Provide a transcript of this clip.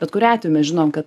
bet kuriuo atveju mes žinom kad